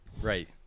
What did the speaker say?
Right